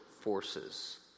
forces